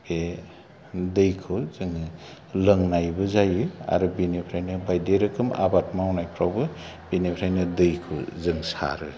बे दैखौ जोङो लोंनायबो जायो आरो बेनिफ्रायनो बायदि रोखोम आबाद मावनायफ्रावबो बिनिफ्रायनो दैखौ जों सारो